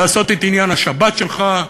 לעשות את עניין השבת שלך.